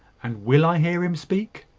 and will i hear him speak?